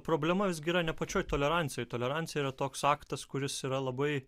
problema visgi yra ne pačioj tolerancijoj tolerancija yra toks aktas kuris yra labai